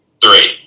Three